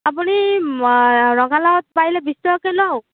আপুনি ৰঙালাও পাৰিলে বিছ টকাকৈ লওক